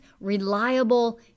reliable